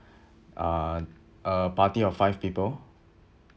uh a party of five people